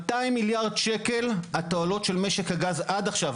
200 מיליארד שקל התועלות של משק הגז עד כה.